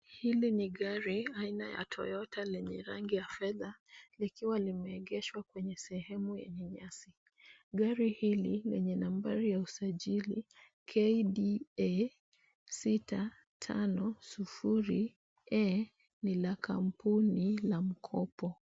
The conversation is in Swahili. Hili ni gari aina ya toyota lenye rangi ya fedha likiwa limeegeshwa kwenye sehemu yenye nyasi. Gari hili lenye nambari ya usajili KDA 650E ni la kampuni la mkopo.